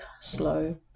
slow